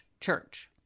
church